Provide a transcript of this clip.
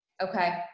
Okay